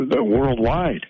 worldwide